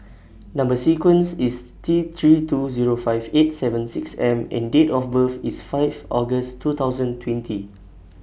Number sequence IS T three two Zero five eight seven six M and Date of birth IS Fifth August two thousand and twenty